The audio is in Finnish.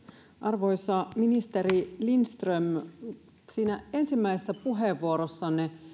arvoisa ministeri lindström ensimmäisessä puheenvuorossanne